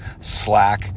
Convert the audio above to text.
Slack